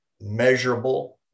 measurable